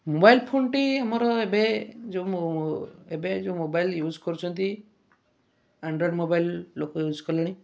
mobile ଫୋନ୍ଟି ଆମର ଏବେ ଯୋଉ ମୋ ଏବେ ଯୋଉ ମୋବାଇଲ୍ ୟୁଜ୍ କରୁଛନ୍ତି ଆଣ୍ଡ୍ରୋଏଡ଼୍ ମୋବାଇଲ୍ ଲୋକ ୟୁଜ୍ କଲେଣି